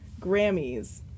Grammys